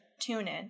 TuneIn